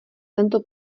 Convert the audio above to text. tento